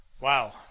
wow